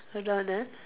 hold on ah